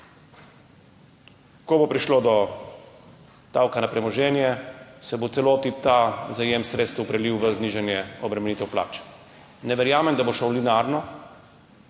Ko bo prišlo do davka na premoženje, se bo v celoti ta zajem sredstev prelil v znižanje obremenitev plač. Ne verjamem, da bo šel linearno,